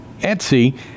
Etsy